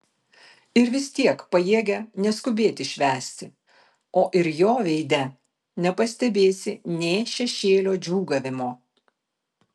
ir vis tiek pajėgia neskubėti švęsti o ir jo veide nepastebėsi nė šešėlio džiūgavimo